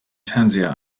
fernseher